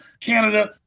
Canada